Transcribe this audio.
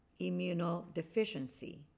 Immunodeficiency